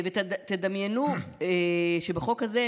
ותדמיינו שבחוק הזה,